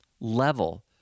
level